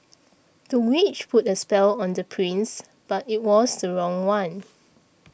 the witch put a spell on the prince but it was the wrong one